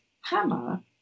hammer